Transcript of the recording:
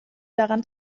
daran